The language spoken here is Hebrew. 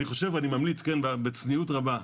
אני ממליץ בצניעות רבה,